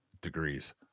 degrees